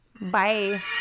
Bye